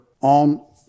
on